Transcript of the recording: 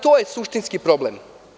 To je suštinski problem.